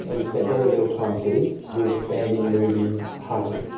and we spent very little time sitting. we were standing, moving, hunting,